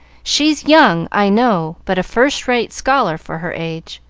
she's young, i know, but a first-rate scholar for her age.